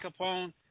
Capone